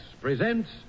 presents